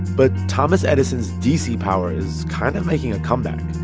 but thomas edison's dc power is kind of making a comeback.